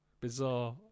Bizarre